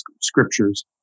scriptures